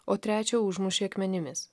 o trečią užmušė akmenimis